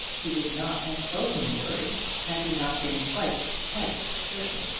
he would not have spoken the word had he not been quite, quite certain.